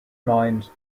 mind